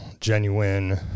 genuine